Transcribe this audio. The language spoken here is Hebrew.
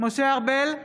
משה ארבל,